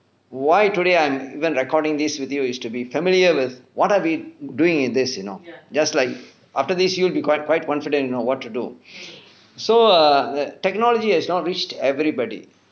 why today I'm even recording this video is to be familiar with what are we doing in this you know just like after this you'll be quite quite confident you know what to do so err the technology has not reached everybody